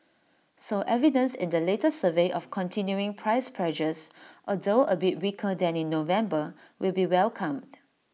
so evidence in the latest survey of continuing price pressures although A bit weaker than in November will be welcomed